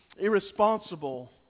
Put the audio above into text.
irresponsible